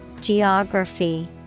Geography